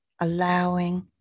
allowing